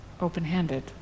open-handed